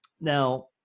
Now